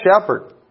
shepherd